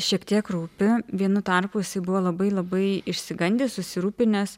šiek tiek rūpi vienu tarpu jisai buvo labai labai išsigandęs susirūpinęs